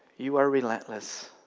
you are relentless